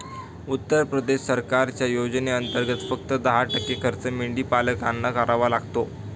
उत्तर प्रदेश सरकारच्या योजनेंतर्गत, फक्त दहा टक्के खर्च मेंढीपालकांना करावा लागतो